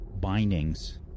bindings